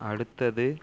அடுத்தது